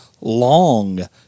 Long